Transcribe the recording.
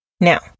now